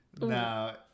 No